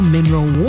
Mineral